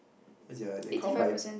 what is it ah they count by